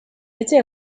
été